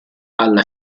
alla